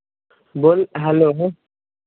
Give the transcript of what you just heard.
बोल हैलो